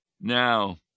Now